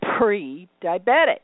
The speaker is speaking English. pre-diabetic